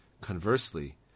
Conversely